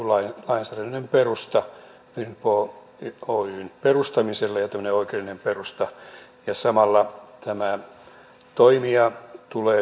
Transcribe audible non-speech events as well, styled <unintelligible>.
lainsäädännöllinen perusta finpro oyn perustamiselle ja tämmöinen oikeudellinen perusta samalla tämä toimija tulee <unintelligible>